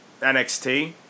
NXT